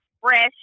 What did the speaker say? fresh